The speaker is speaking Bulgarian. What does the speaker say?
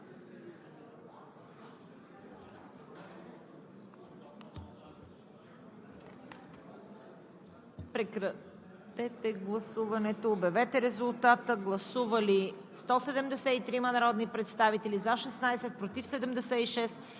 прекратете гласуването и обявете резултата. Гласували 148 народни представители: за 112, против 11,